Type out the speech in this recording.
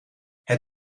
het